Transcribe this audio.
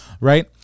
right